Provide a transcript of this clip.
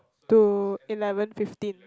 to eleven fifteen